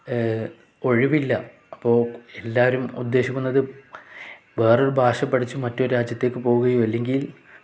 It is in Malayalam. ഒഴിവില്ല അപ്പോൾ എല്ലാവരും ഉദ്ദേശിക്കുന്നത് വേറൊരു ഭാഷ പഠിച്ചു മറ്റൊരു രാജ്യത്തേക്ക് പോകുകയയും അല്ലെങ്കിൽ